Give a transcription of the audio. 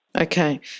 Okay